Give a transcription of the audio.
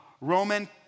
Roman